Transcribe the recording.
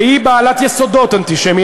והיא בעלת יסודות אנטישמיים.